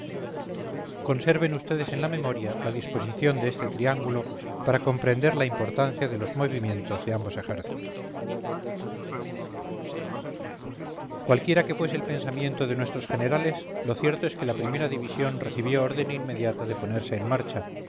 conserven vds en la memoria la disposición de este triángulo para comprender la importancia de los movimientos de ambos ejércitos cualquiera que fuese el pensamiento de nuestros generales lo cierto es que la primera división recibió orden inmediata de ponerse en marcha